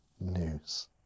news